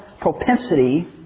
propensity